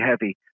heavy